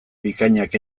bikainak